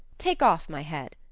take off my head.